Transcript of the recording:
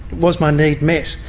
was my need met?